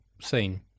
scene